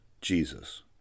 Jesus